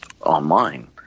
online